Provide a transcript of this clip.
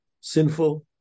sinful